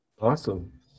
Awesome